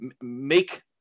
make